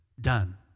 Done